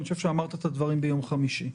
אני חושב שאמרת את הדברים ביום חמישי.